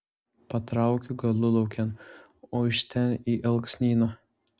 patraukiu galulaukėn o iš ten į alksnyną